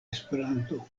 esperanto